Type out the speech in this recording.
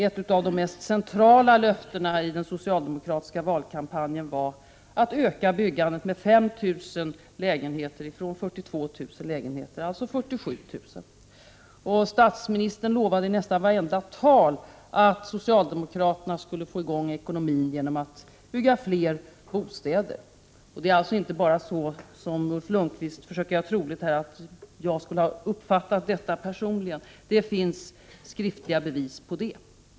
Ett av de mest centrala löftena i den socialdemokratiska valkampanjen var att öka byggandet med 5 000 lägenheter från 42 000, alltså till 47 000. Olof Palme lovade i nästan vartenda tal att socialdemokraterna skulle få i gång ekonomin genom att bygga bostäder. Det är alltså inte bara så som Ulf Lönnqvist försöker göra troligt här, att jag personligen skulle ha uppfattat detta som ett löfte. Det finns skriftliga bevis.